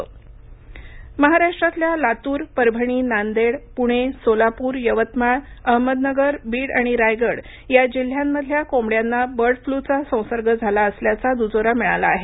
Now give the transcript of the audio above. bird flu महाराष्ट्रातल्या लातूर परभणी नांदेड पुणे सोलापूर यवतमाळ अहमदनगर बीड आणि रायगड या जिल्ह्यामधल्या कोंबङ्यांना बर्ड फ्लूचा संसर्ग झाला असल्याचा दुजोरा मिळाला आहे